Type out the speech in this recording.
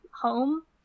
home